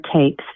takes